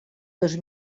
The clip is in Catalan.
dos